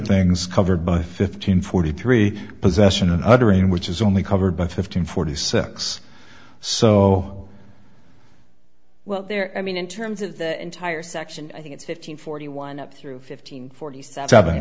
things covered by fifteen forty three possession and uttering which is only covered by fifteen forty six so well there i mean in terms of the entire section i think it's fifteen forty one up through fifteen forty seven